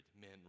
men